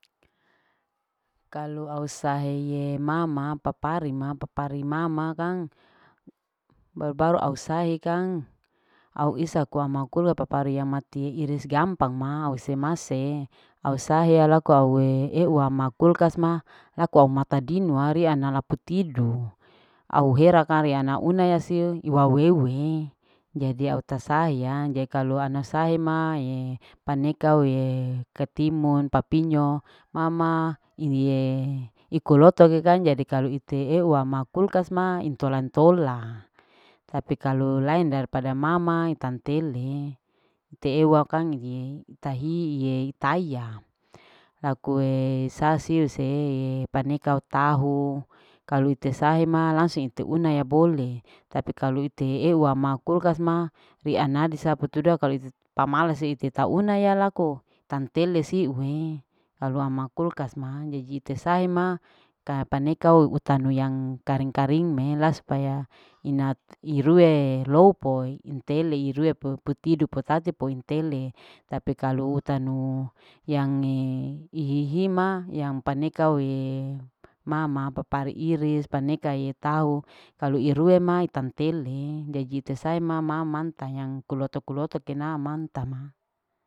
Kalu au sahe ye mama papari ma. papari mama kang babaru au sahe kang au isa ko ama korue papari au iris gampang ma au se mase au sahea laku au eua ma kulka ma laku aumata dino riana laku tido au hera kang reana una nasiu iwana wewe jadi au ta sayang jadi kalu ana sahe mae panekae ketimun papinyo mama inie iko lotoe kang jadi laku ite eua ma kulkas ma intola. ntola tapi kalu laen daripada mama itan telee tee ua kang hiee ita hihie itaya lakuee isa siu see eye paneka otahu kalu ite sahe ma langsug ite una ya bole tapi kalu ite heeua ma kulkas ma ria nadi sapu tudo kalu ite pamalse kalu ite taunaya lako tantele siue kalu ama kulks ma jadi ite sahema kapaneka ou utanu yang karing. karing me la supaya ina at irue loupo untele irue loupo intele irue po kotidu potate po intele tapi kalu utanu yange ihihima yang paneka aue mamapapari iris paneka iye tahu kalu irue ma tantele jadi tesae mama manta yang kuloto. kuloto tena mantama.